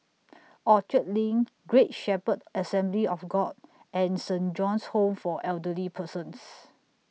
Orchard LINK Great Shepherd Assembly of God and Saint John's Home For Elderly Persons